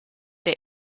der